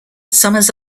summers